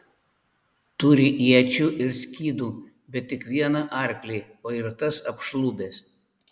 turi iečių ir skydų bet tik vieną arklį o ir tas apšlubęs